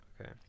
Okay